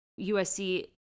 USC